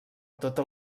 tota